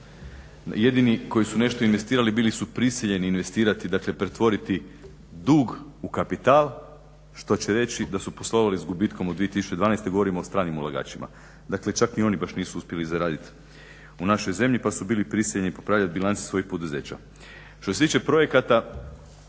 Jedini koji su nešto investirali bili su prisiljeni investirati, dakle pretvoriti dug u kapital što će reći da su poslovali s gubitkom u 2012., govorim o stranim ulagačima. Dakle čak ni oni baš nisu uspjeli zaradit u našoj zemlji pa su bili prisiljeni popravljat bilance svojih poduzeća. Što se tiče projekata